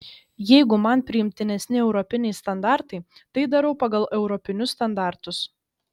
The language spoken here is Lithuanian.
jeigu man priimtinesni europiniai standartai tai darau pagal europinius standartus